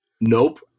Nope